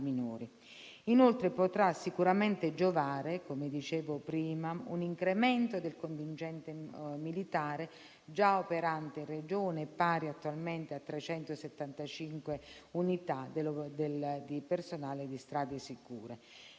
Inoltre, potrà sicuramente giovare, come dicevo prima, un incremento del contingente militare già operante in Regione, pari attualmente a 375 unità di personale dell'operazione